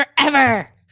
forever